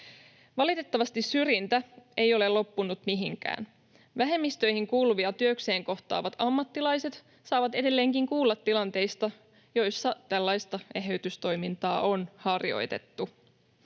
Valitettavasti syrjintä ei ole loppunut mihinkään. Vähemmistöihin kuuluvia työkseen kohtaavat ammattilaiset saavat edelleenkin kuulla tilanteista, joissa tällaista eheytystoimintaa on harjoitettu.